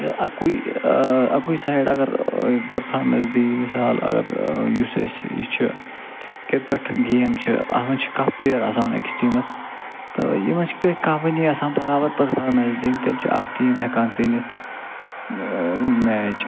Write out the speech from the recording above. اَکُے اَکُے سایِڈ اگر پٔرفامٮ۪نٕس دی مِثال اگر یُس أسۍ یہِ چھِ کِرکَٹ گیم چھِ اَتھ منٛز چھِ کَہہ پٕلیَر آسان أکِس ٹیٖمس تہِ یِمن چھِ کٔہٕے کَہؤنی آسان برابر پٔرفامٮ۪نٕس دِنۍ تیٚلہِ چھُ اکھ ٹیٖم ہٮ۪کان زیٖنِتھ میچ